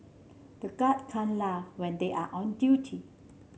the guards can't laugh when they are on duty